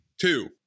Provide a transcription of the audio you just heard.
Two